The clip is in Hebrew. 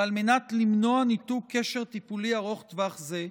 ועל מנת למנוע ניתוק קשר טיפולי ארוך טווח זה,